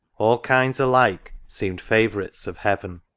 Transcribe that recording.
all kinds alike seemed favourites of heaven.